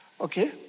Okay